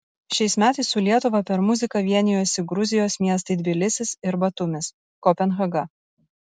šiais metais su lietuva per muziką vienijosi gruzijos miestai tbilisis ir batumis kopenhaga